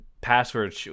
password